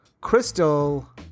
Crystal